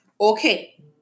Okay